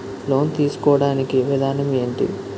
Loan తీసుకోడానికి విధానం ఏంటి?